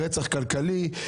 רצח כלכלי,